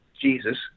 Jesus